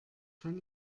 kann